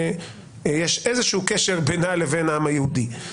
שיש איזשהו קשר בינה לבין העם היהודי.